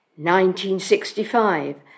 1965